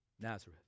Nazareth